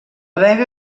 vega